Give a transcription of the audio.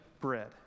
bread